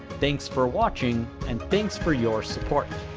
thanks for watching and thanks for your support.